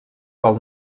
pel